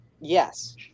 yes